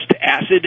acid